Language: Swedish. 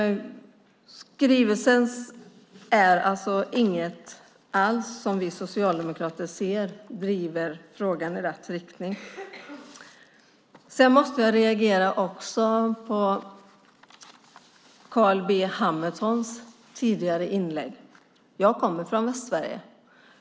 Skrivelsen är alltså inget som vi socialdemokrater alls ser driver frågan i rätt riktning. Sedan måste jag också reagera på Carl B Hamiltons tidigare inlägg. Jag kommer från Västsverige.